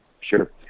Sure